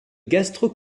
gastro